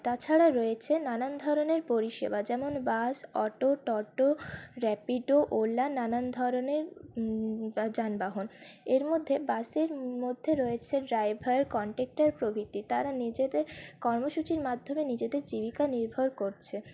তাছাড়া রয়েছে নানান ধরণের পরিষেবা যেমন বাস অটো টোটো র্যাপিডো ওলা নানান ধরণের যানবাহন এর মধ্যে বাসের মধ্যে রয়েছে ড্রাইভার কন্ডাক্টর প্রভৃতি তারা নিজেদের কর্মসূচির মাধ্যমে নিজেদের জীবিকা নির্ভর করছে